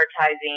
advertising